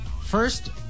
first